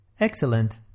Excellent